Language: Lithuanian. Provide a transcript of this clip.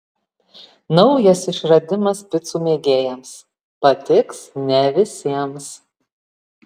naujas išradimas picų mėgėjams patiks ne visiems